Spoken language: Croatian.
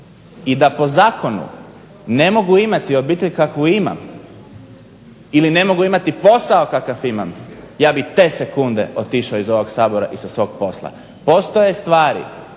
i da po zakonu ne mogu imati obitelj kakvu imam ili ne mogu imati posao kakav imam ja bih te sekunde otišao iz ovog Sabora i sa svog posla. Postoje stvari